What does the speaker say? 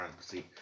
see